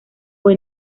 fue